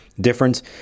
difference